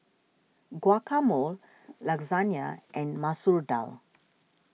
Guacamole Lasagne and Masoor Dal